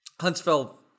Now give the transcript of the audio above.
Huntsville